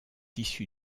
issu